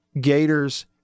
Gators